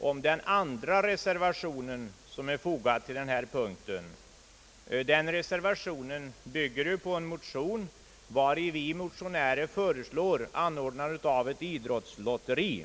om den andra reservationen som är fogad till utlåtandet under denna punkt. Den reservationen bygger på en motion, vari vi motionärer föreslår att det anordnas ett idrottslotteri.